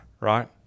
right